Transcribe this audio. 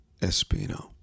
Espino